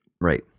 Right